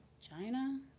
China